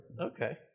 Okay